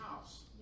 house